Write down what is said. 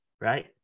Right